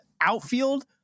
outfield